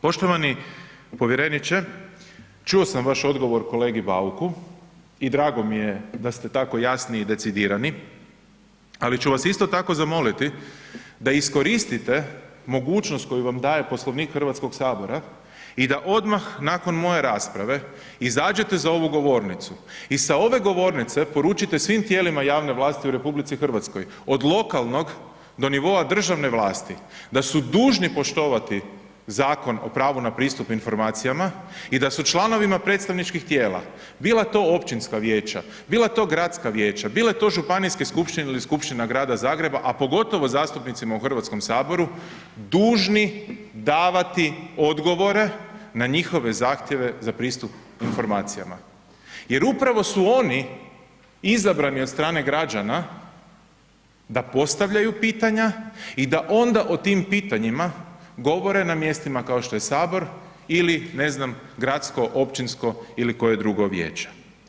Poštovani povjereniče, čuo sam vaš odgovor kolegi Bauku i drago mi je da ste tako jasni i decidirani, ali ću vas isto tako zamoliti da iskoristite mogućnost koju vam daje Poslovnik HS i da odmah nakon moje rasprave izađete za ovu govornicu i sa ove govornice poručite svim tijelima javne vlasti u RH od lokalnog do nivoa državne vlasti da su dužni poštovani Zakon o pravu na pristup informacijama i da su članovima predstavničkih tijela, bila to općinska vijeća, bila to gradska vijeća, bile to županijske skupštine ili skupština Grada Zagreba, a pogotovo zastupnicima u HS, dužni davati odgovore na njihove zahtjeve za pristup informacijama jer upravo su oni izabrani od strane građana da postavljaju pitanja i da onda o tim pitanjima govore na mjestima kao što je HS ili ne znam, gradsko, općinsko ili koje drugo vijeće.